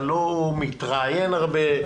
אני לא מתראיין הרבה.